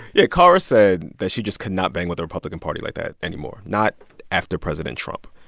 yeah. kara said that she just could not bang with the republican party like that anymore not after president trump.